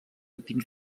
dins